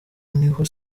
niho